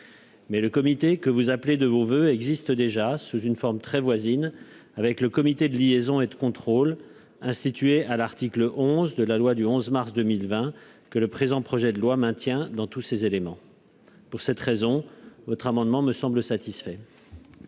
Mais le comité que vous appelez de vos voeux existe déjà sous une forme très voisine avec le comité de liaison et de contrôle instituer à l'article 11 de la loi du 11 mars 2020 que le présent projet de loi maintient dans tous ces éléments pour cette raison, votre amendement me semble satisfait.